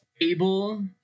able